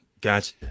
Gotcha